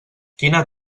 quina